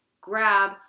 grab